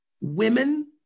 women